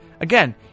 Again